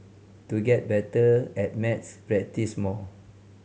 to get better at maths practise more